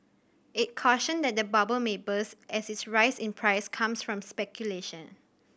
it cautioned that the bubble may burst as its rise in price comes from speculation